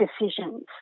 decisions